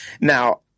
Now